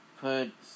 put